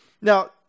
Now